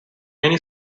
many